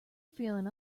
feeling